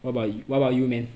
what about yo~ what about you man